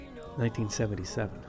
1977